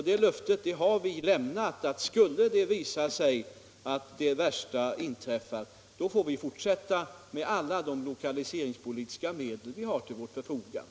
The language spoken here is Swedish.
Det löftet har vi alltså lämnat, att skulle det visa sig att det värsta inträffar skall vi fortsätta med alla de lokaliseringspolitiska medel vi har till vårt förfogande.